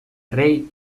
rei